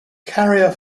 carrier